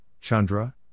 Chandra